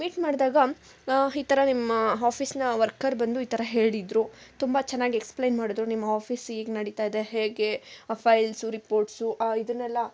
meet ಮಾಡ್ದಾಗ ಈ ಥರ ನಿಮ್ಮ ಆಫೀಸ್ನ ವರ್ಕರ್ ಬಂದು ಈ ಥರ ಹೇಳಿದರು ತುಂಬ ಚೆನ್ನಾಗಿ ಎಕ್ಸ್ಪ್ಲೈನ್ ಮಾಡಿದ್ರು ನಿಮ್ಮ ಆಫೀಸ್ ಈಗ ನಡೀತಾ ಇದೆ ಹೇಗೆ ಫೈಲ್ಸು ರಿಪೋರ್ಟ್ಸು ಇದನ್ನೆಲ್ಲ